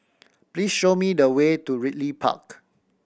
please show me the way to Ridley Park